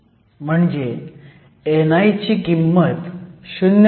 म्हणजे ni ची किंमत 0